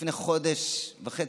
לפני חודש וחצי,